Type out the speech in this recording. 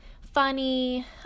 funny